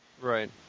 Right